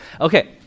Okay